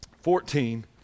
Fourteen